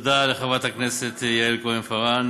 תודה לחברת הכנסת יעל כהן-פארן.